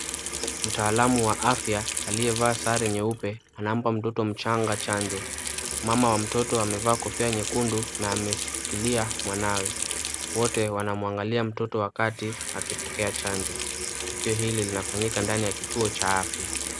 Mtaalamu wa afya aliyevaa sare nyeupe anampa mtoto mchanga chanjo. Mama wa mtoto amevaa kofia nyekundu na amesikilia mwanawe. Wote wanamwangalia mtoto wakati akipokea chanjo. Tukio hili linafanyika ndani ya kituo cha afya.